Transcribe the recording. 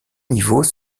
niveaux